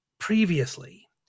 previously